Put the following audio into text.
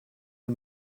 the